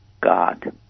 God